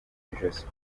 ijosi